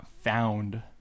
found